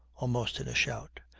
almost in a shout.